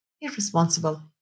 irresponsible